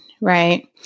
right